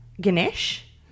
Ganesh